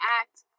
act